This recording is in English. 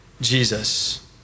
Jesus